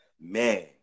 Man